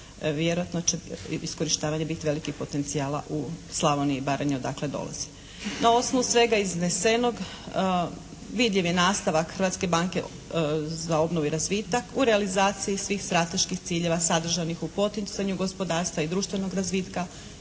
vjerojatno će iskorištavanje biti velikih potencijala u Slavoniji i Baranji odakle dolazi. Na osnovu svega iznesenog vidljiv je nastavak Hrvatske banke za obnovu i razvitak u realizaciji svih strateških ciljeva sadržajnih u poticanju gospodarstva i društvenog razvitka,